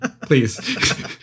please